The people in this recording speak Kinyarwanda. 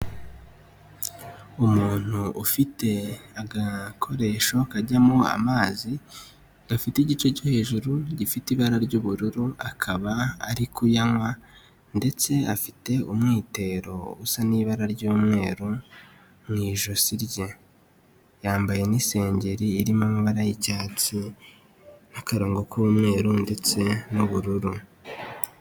Umuntu ufite agakoresho kajyamo amazi gafite igice cyo hejuru gifite ibara ry'ubururu akaba ari kuyanywa ndetse afite umwitero usa n'ibara ry'umweru mu ijosi rye. Yambaye n'isengeri irimo amabara y'icyatsi n'akarongo k'umweru ndetse n'ubururu.